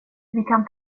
kan